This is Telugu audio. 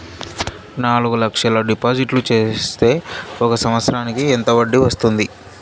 నాలుగు లక్షల డిపాజిట్లు సేస్తే ఒక సంవత్సరానికి ఎంత వడ్డీ వస్తుంది?